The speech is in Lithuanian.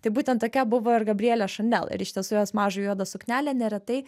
tai būten tokia buvo ir gabrielė šanel ir iš tiesų jos mažą juodą suknelę neretai